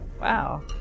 Wow